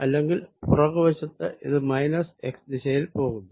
അല്ലെങ്കിൽ പുറകു വശത്ത് ഇത് മൈനസ് xദിശയിൽ പോകുന്നു